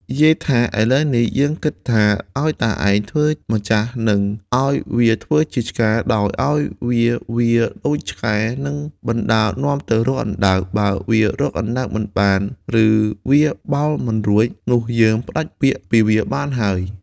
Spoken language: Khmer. យាយថាឥឡូវនេះយើងគិតថា ឱ្យតាឯងធ្វើម្ចាស់និងឱ្យវាធ្វើជាឆ្កែ ដោយឱ្យវាវារដូចឆ្កែនិងបណ្តើរនាំទៅរកអណ្ដើក បើវារកអណ្ដើកមិនបានឬវាបោលមិនរួច នោះយើងផ្តាច់ពាក្យពីវាបានហើយ។